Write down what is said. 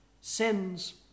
Sin's